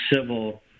civil